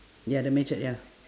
ya the machete ya